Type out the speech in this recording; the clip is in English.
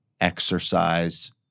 exercise